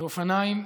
ואופניים,